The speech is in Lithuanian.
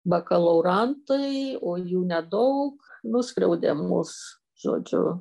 bakalaurantai o jų nedaug nuskriaudė mus žodžiu